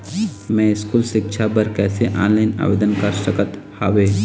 मैं स्कूल सिक्छा बर कैसे ऑनलाइन आवेदन कर सकत हावे?